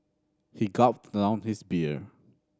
he gulped down his beer